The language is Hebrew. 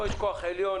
יש פה כוח עליון,